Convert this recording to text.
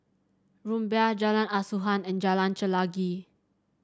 Rumbia Jalan Asuhan and Jalan Chelagi